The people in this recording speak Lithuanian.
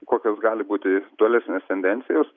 kokios gali būti tolesnės tendencijos